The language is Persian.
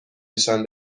نشان